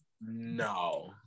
No